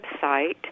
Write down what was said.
website